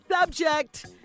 Subject